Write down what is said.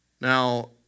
Now